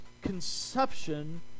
conception